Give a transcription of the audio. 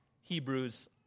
Hebrews